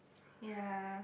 ya